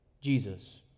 Jesus